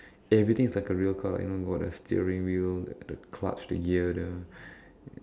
everything is like a real car you know got the steering wheel the the clutch the gear the